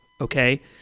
okay